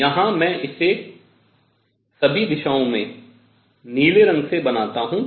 यहाँ मैं इसे सभी दिशाओं में नीले रंग से बनाता हूँ